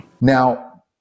Now